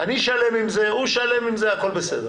אני שלם עם זה, הוא שלם עם זה הכול בסדר.